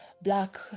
black